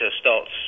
starts